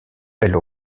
elle